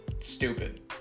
stupid